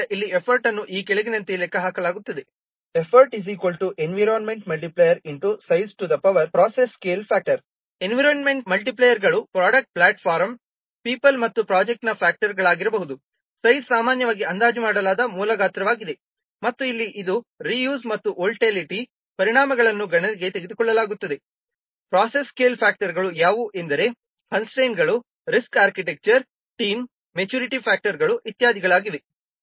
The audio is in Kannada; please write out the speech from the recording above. ಆದ್ದರಿಂದ ಇಲ್ಲಿ ಎಫರ್ಟ್ ಅನ್ನು ಈ ಕೆಳಗಿನಂತೆ ಲೆಕ್ಕಹಾಕಲಾಗುತ್ತದೆ ಎನ್ವಿರಾನ್ಮೆಂಟ್ ಮಲ್ಟಿಪ್ಲೇಯರ್ಗಳು ಪ್ರೊಡಕ್ಟ್ ಪ್ಲಾಟ್ಫಾರ್ಮ್ ಪೀಪಲ್ ಮತ್ತು ಪ್ರೊಜೆಕ್ಟ್ನ ಫ್ಯಾಕ್ಟರ್ಗಳಾಗಿರಬಹುದು ಸೈಜ್ ಸಾಮಾನ್ಯವಾಗಿ ಅಂದಾಜು ಮಾಡಲಾದ ಮೂಲ ಗಾತ್ರವಾಗಿದೆ ಮತ್ತು ಇಲ್ಲಿ ಇದು ರೀ ಯೂಸ್ ಮತ್ತು ವೊಲಟೈಲಿಟಿ ಪರಿಣಾಮಗಳನ್ನು ಗಣನೆಗೆ ತೆಗೆದುಕೊಳ್ಳುತ್ತದೆ ಪ್ರೋಸೆಸ್ ಸ್ಕೇಲ್ ಫ್ಯಾಕ್ಟರ್ಗಳು ಯಾವುವು ಎಂದರೆ ಕನ್ಸ್ಟ್ರೈನ್ಗಳು ರಿಸ್ಕ್ ಆರ್ಕಿಟೆಕ್ಚರ್ ಟೀಮ್ ಮೇಚುರಿಟಿ ಫ್ಯಾಕ್ಟರ್ಗಳು ಇತ್ಯಾದಿಗಳಾಗಿವೆ